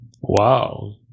Wow